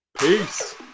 Peace